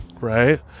right